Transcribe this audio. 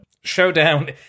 Showdown